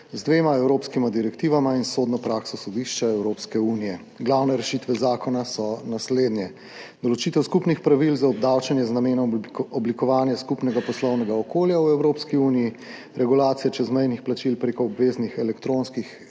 z dvema evropskima direktivama in sodno prakso Sodišča Evropske unije. Glavne rešitve zakona so naslednje – določitev skupnih pravil za obdavčenje z namenom oblikovanja skupnega poslovnega okolja v Evropski uniji, regulacije čezmejnih plačil prek obveznih elektronskih